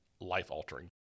life-altering